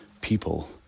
people